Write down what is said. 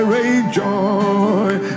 rejoice